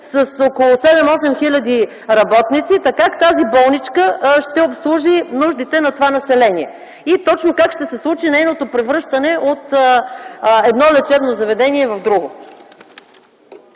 с около 7-8 хил. работници, та как тази болничка ще обслужи нуждите на това население? Как ще се случи нейното превръщане от едно лечебно заведение в друго?